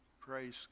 Praise